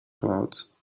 clouds